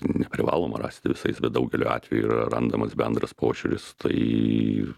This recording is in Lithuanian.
neprivaloma rasti visais bet daugeliu atvejų yra randamas bendras požiūris tai